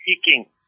seeking